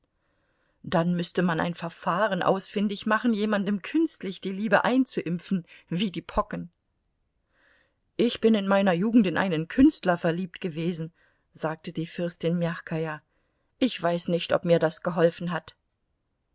dann müßte man ein verfahren ausfindig machen jemandem künstlich die liebe einzuimpfen wie die pocken ich bin in meiner jugend in einen küster verliebt gewesen sagte die fürstin mjachkaja ich weiß nicht ob mir das geholfen hat